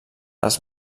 les